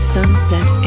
Sunset